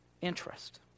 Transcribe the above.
interest